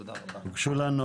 הוגשו לנו